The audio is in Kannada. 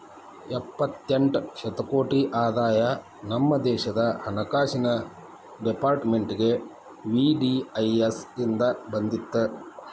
ಎಪ್ಪತ್ತೆಂಟ ಶತಕೋಟಿ ಆದಾಯ ನಮ ದೇಶದ್ ಹಣಕಾಸಿನ್ ಡೆಪಾರ್ಟ್ಮೆಂಟ್ಗೆ ವಿ.ಡಿ.ಐ.ಎಸ್ ಇಂದ್ ಬಂದಿತ್